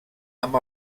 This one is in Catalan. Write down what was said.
amb